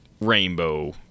rainbow